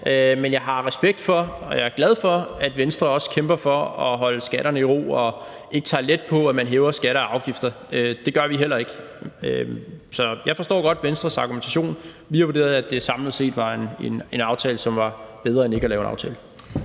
men jeg har respekt for og jeg er glad for, at Venstre også kæmper for at holde skatterne i ro og ikke tager let på, at man hæver skatter og afgifter. Det gør vi heller ikke. Så jeg forstår godt Venstres argumentation. Vi har vurderet, at det samlet set var en aftale, som var bedre end ikke at lave en aftale.